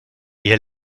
ihr